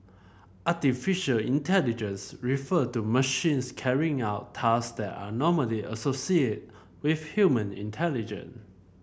artificial intelligence refer to machines carrying out task that are normally associate with human intelligence